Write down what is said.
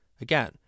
again